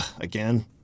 again